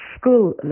school